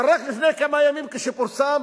אבל רק לפני כמה ימים, כשפורסם